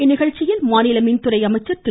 இந்நிகழ்ச்சியில் பேசிய மாநில மின்துறை அமைச்சர் திரு